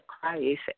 Christ